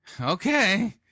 Okay